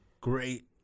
great